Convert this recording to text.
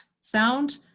sound